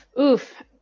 oof